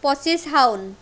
পঁচিছ শাওণ